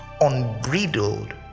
unbridled